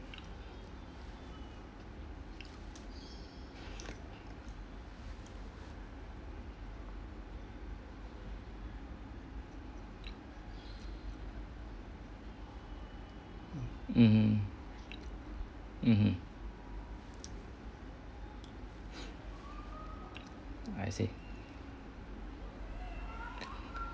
mm mm I see